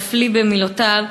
יפליא במילותיו,